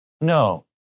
No